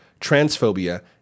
transphobia